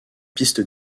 pistes